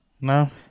No